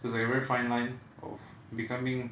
so it's like a very fine line of becoming